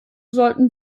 sollten